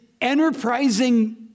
enterprising